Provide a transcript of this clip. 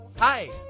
Hi